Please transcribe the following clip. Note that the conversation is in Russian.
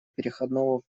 переходного